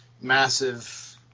massive